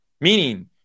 meaning